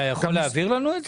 אתה יכול להעביר לנו את זה?